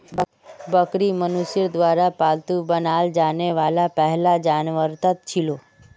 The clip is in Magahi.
बकरी मनुष्यर द्वारा पालतू बनाल जाने वाला पहला जानवरतत छिलो